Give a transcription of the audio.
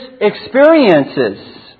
experiences